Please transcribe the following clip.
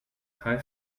high